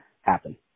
happen